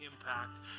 impact